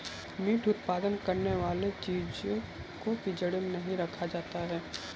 meet उत्पादन करने वाले चूजे को पिंजड़े में नहीं रखा जाता